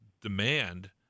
demand